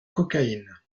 cocaïne